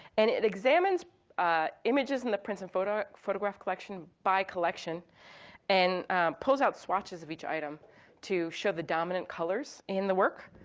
and it examines images in the prints and photographs photographs collection by collection and pulls out swatches of each item to show the dominant colors in the work.